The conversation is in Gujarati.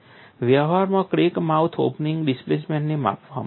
વ્યવહારમાં ક્રેક માઉથ ઓપનિંગ ડિસ્પ્લેસમેન્ટને માપવામાં આવે છે